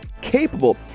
capable